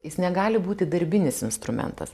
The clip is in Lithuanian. jis negali būti darbinis instrumentas